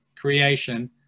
creation